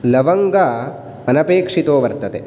लवङ्ग अनपेक्षितो वर्तते